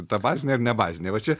ta bazinė ar ne bazinė va čia